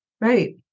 Right